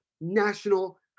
National